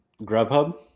Grubhub